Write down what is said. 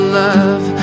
love